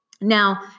Now